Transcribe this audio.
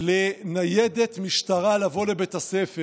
שש פעמים לניידת משטרה לבוא לבית הספר.